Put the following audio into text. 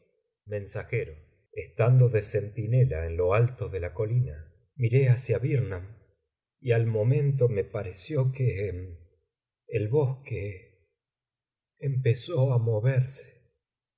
mens estando de centinela en lo alto de la colina miré hacia birman y al momento me pareció que el bosque empezó á moverse